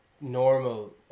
normal